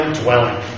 dwelling